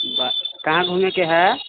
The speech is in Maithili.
कहाँ घूमैके हए